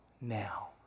now